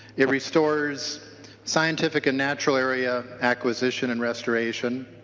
it restores scientific and natural area acquisition andd restoration.